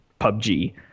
pubg